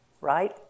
Right